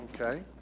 okay